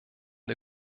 der